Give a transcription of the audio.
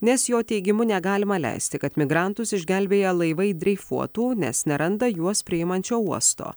nes jo teigimu negalima leisti kad migrantus išgelbėję laivai dreifuotų nes neranda juos priimančio uosto